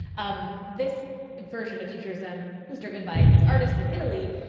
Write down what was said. um this version of futurism was driven by these artists in italy,